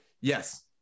yes